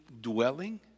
dwelling